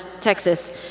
Texas